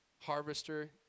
harvester